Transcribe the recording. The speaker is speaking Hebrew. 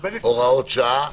(הוראת שעה).